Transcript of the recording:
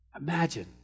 Imagine